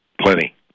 plenty